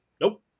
Nope